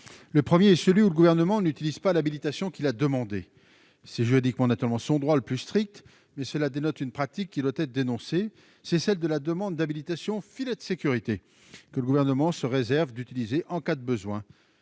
le 1er est celui où le gouvernement n'utilise pas l'habilitation qui l'a demandé, c'est juridiquement naturellement son droit le plus strict mais cela dénote une pratique qui doit être dénoncée, c'est celle de la demande d'habilitation, filet de sécurité que le gouvernement se réserve d'utiliser en cas de besoin